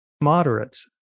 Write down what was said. moderates